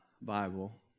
Bible